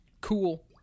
cool